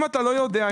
אם אתה לא יודע,